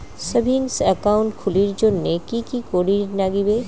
Savings account খুলির জন্যে কি কি করির নাগিবে?